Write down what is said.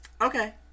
okay